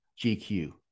GQ